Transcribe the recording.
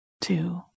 two